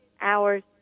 hours